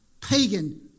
pagan